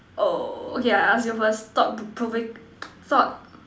oh okay I ask you first thought provok~ thought